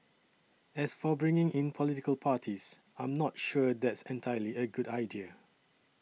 as for bringing in political parties I'm not sure that's entirely a good idea